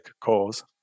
cause